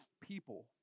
people